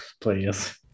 Please